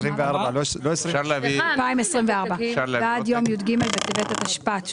2024. 2024. ועד יום י"ג בטבת התשפ"ט.